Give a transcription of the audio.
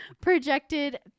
Projected